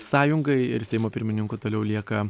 sąjungai ir seimo pirmininku toliau lieka